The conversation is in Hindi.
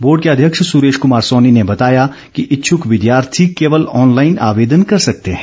बोर्ड के अध्यक्ष सुरेश कमार सोनी ने बताया कि इच्छक विद्यार्थी केवल ऑनलाईन आवेदन कर सकते हैं